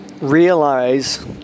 realize